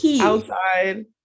outside